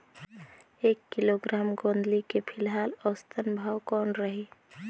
एक किलोग्राम गोंदली के फिलहाल औसतन भाव कौन रही?